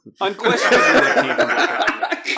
unquestionably